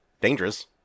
dangerous